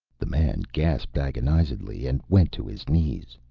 the man gasped agonizedly and went to his knees,